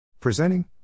Presenting